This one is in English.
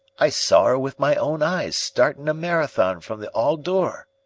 i saw er with my own eyes startin a marathon from the all-door.